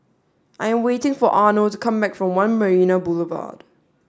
I'm waiting for Arno to come back from One Marina Boulevard